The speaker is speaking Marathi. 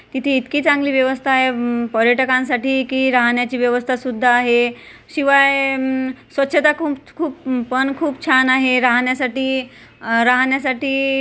तिथे इतकी चांगली व्यवस्था आहे पर्यटकांसाठी की राहण्याची व्यवस्थासुद्धा आहे शिवाय स्वच्छता खूप खूप पण छान आहे राहण्यासाठी राहण्यासाठी